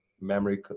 memory